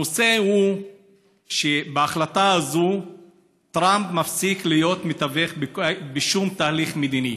הנושא הוא שבהחלטה הזאת טראמפ מפסיק להיות מתווך באיזשהו תהליך מדיני.